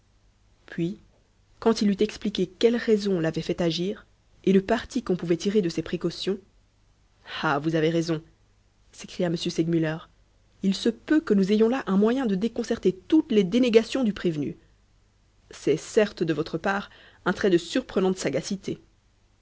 puis quand il eut expliqué quelles raisons l'avaient fait agir et le parti qu'on pouvait tirer de ses précautions ah vous avez raison s'écria m segmuller il se peut que nous ayons là un moyen de déconcerter toutes les dénégations du prévenu c'est certes de votre part un trait de surprenante sagacité